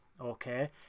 okay